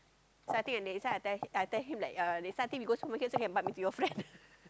so I think the next time I tell I tell him like uh next time I think we go supermarket also can bump into your friend